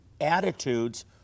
attitudes